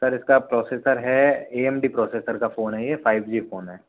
sir इसका processor है A M D processor का फ़ोन है ये फ़ाइव जी फ़ोन है